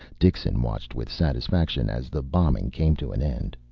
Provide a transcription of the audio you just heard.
dixon watched with satisfaction as the bombing came to an end.